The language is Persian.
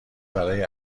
برای